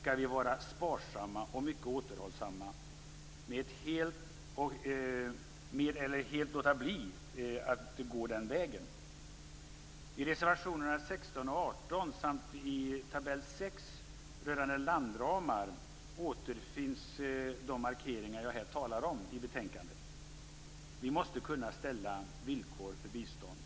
skall vi däremot vara sparsamma och mycket återhållsamma eller helt låta bli. I reservationerna 16 och 18 samt i tabell 6 rörande landramar återfinns de markeringar jag här talar om. Vi måste kunna ställa villkor för bistånd.